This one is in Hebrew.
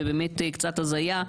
ובאמת קצת הזיה,